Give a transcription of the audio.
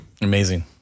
Amazing